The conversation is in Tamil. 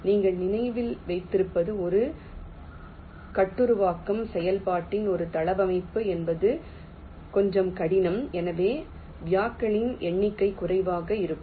நீங்கள் நினைவில் வைத்திருப்பது ஒரு கட்டுருவாக்கம் செயல்பாட்டில் ஒரு தளவமைப்பு என்பது கொஞ்சம் கடினம் எனவே வயாக்களின் எண்ணிக்கை குறைவாக இருக்கும்